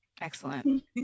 Excellent